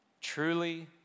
Truly